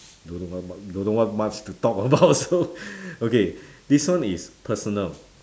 don't know what much don't know what much to talk about also okay this one is personal